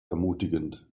ermutigend